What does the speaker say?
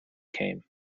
came